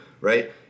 right